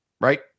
Right